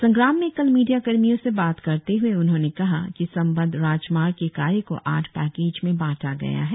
संग्राम में कल मिडिया कर्मियों से बात करते हुए उन्होंने कहा कि संबद्ध राजमार्ग के कार्य को आठ पैकेज में बांटा गया है